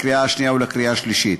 לקריאה שנייה ולקריאה שלישית.